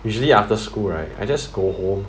usually after school right I just go home